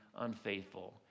Unfaithful